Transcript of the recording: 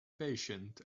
patient